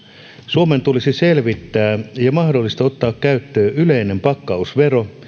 suomen tulisi selvittää ja mahdollisesti ottaa käyttöön yleinen pakkausvero